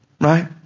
Right